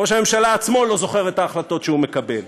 וראש הממשלה עצמו לא זוכר את ההחלטות שהוא מקבל.